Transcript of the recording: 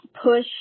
push